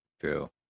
true